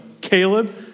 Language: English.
Caleb